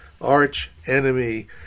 arch-enemy